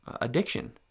addiction